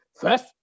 first